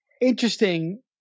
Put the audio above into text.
interesting